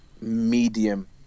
medium